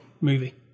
movie